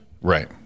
Right